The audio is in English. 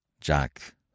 Jack